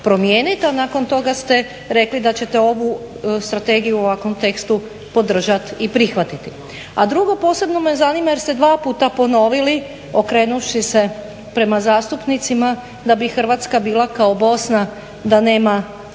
a nakon toga ste rekli da ćete ovu strategiju o ovakvom tekstu podržat i prihvatiti. A drugo, posebno me zanima jer ste dva puta ponovili okrenuvši se prema zastupnicima, da bi Hrvatska bila kao Bosna da nema